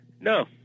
no